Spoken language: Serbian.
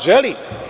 Želi.